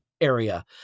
area